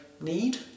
need